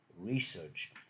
research